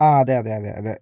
ആ അതെ അതെ അതെ അതെ